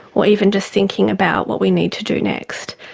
or even just thinking about what we need to do next.